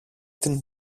την